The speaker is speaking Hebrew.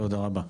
תודה רבה.